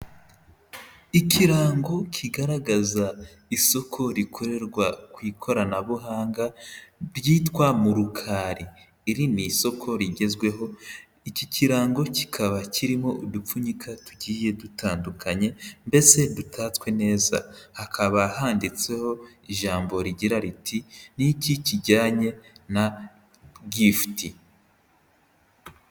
Ikirango kigaragaza isoko rikorerwa ku ikoranabuhanga ryitwa Murukari, iri ni isoko rigezweho, iki kirango kikaba kirimo udupfunyika tugiye dutandukanye mbese dutatswe neza hakaba handitseho ijambo rigira riti ni iki kijyanye na gifuti.